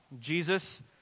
Jesus